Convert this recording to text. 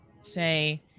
say